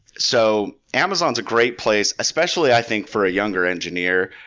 so amazon is a great place, especially, i think, for a younger engineer,